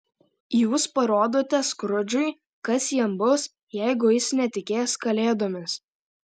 jūs parodote skrudžui kas jam bus jeigu jis netikės kalėdomis